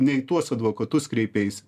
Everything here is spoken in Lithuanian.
ne į tuos advokatus kreipeis